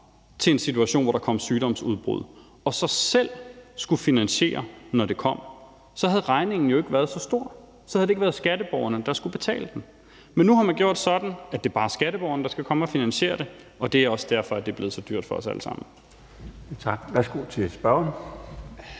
til en situation, hvor der kom sygdomsudbrud, og så selv skulle finansiere det, når det kom, så havde regningen jo ikke været så stor; så havde det ikke været skatteborgerne, der skulle betale den. Men nu har man gjort det sådan, at det bare er skatteborgerne, der skal komme og finansiere det, og det er også derfor, at det blevet så dyrt for os alle sammen.